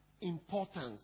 importance